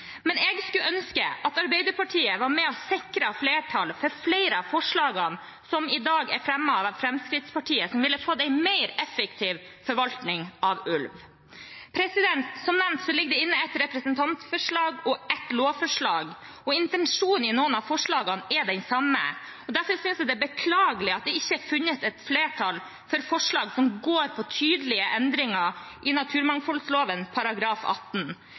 Men jeg skulle ønske at Arbeiderpartiet var med og sikret flertall for flere av forslagene som i dag er fremmet av Fremskrittspartiet, som ville gitt en mer effektiv forvaltning av ulv. Som nevnt, ligger det inne representantforslag og lovforslag, og intensjonen i noen av forslagene er den samme. Derfor synes jeg det er beklagelig at det ikke er funnet flertall for forslag som går på tydelige endringer i naturmangfoldloven § 18.